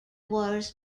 wars